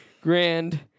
Grand